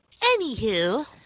Anywho